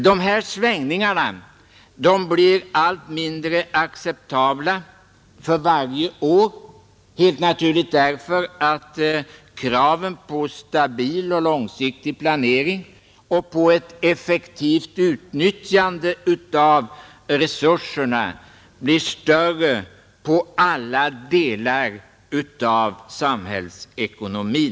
Dessa svängningar blir allt mindre acceptabla för varje år, helt naturligt eftersom kraven på stabil och långsiktig planering och på ett effektivt utnyttjande av resurserna blir större på alla delar av samhällsekonomin.